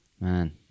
man